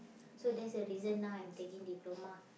so that's the reason now I'm taking diploma